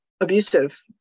abusive